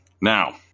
Now